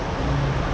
oh